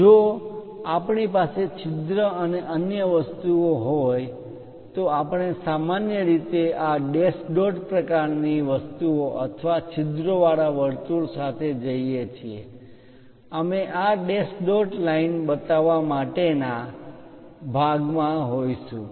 જો આપણી પાસે છિદ્ર અને અન્ય વસ્તુઓ હોય તો આપણે સામાન્ય રીતે આ ડૅશ ડોટ પ્રકારની વસ્તુઓ અથવા છિદ્રો વાળા વર્તુળ સાથે જઈએ છીએ અમે આ ડૅશ ડોટ લાઇન બતાવવા માટે ના ભાગમાં હોઈશું